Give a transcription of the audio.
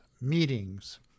meetings